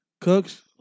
Cooks